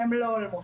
והן לא הולמות.